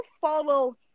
follow